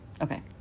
Okay